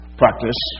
practice